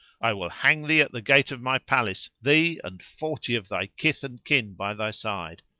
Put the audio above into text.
i will hang thee at the gate of my palace, thee and forty of thy kith and kin by thy side.